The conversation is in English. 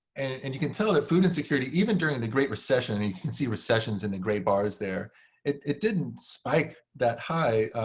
and you can tell that food insecurity, even during the great recession and you can see recessions in the gray bars there it didn't spike that high